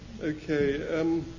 okay